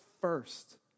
first